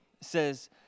says